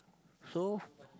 so